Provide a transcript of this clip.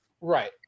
Right